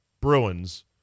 Bruins